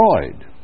destroyed